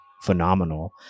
phenomenal